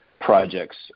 projects